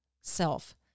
self